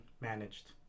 managed